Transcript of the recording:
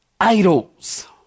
idols